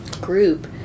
group